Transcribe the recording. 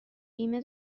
بیمه